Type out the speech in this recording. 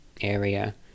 area